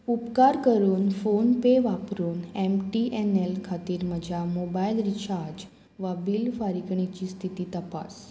उपकार करून फोनपे वापरून एम टी एन एल खातीर म्हज्या मोबायल रिचार्ज वा बिल फारीकणीची स्थिती तपास